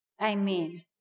Amen